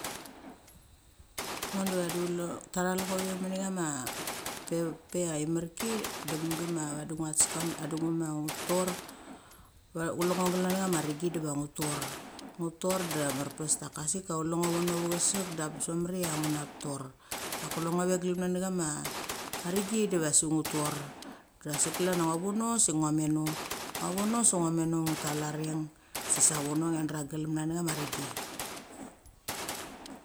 Ngo de tha thal ngo ve ia imerki. De mudu ma ngoas kama de nguma ngu tor. Va chuiengo ngunatha ma reggi da ngu tor. Ngu tor da a merpes daka asika kel ngo vono ve chesek daka ange bes mamer ia ngu na thor. Dak kule ngo ve gelamna necha ma areggidiva asik ngu thor. Da asik klan ia ngo vono se ngoa mano. Ngua vono sa ngua meno ngu tal arengg, sisa vono ngian dra gelema ne cha ma rengi.